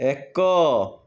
ଏକ